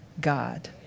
God